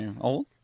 Old